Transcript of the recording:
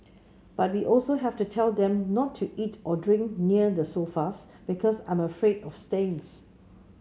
but we also have to tell them to not eat or drink near the sofas because I'm afraid of stains